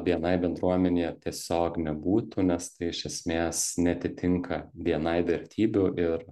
bni bendruomenėje tiesiog nebūtų nes tai iš esmės neatitinka bni vertybių ir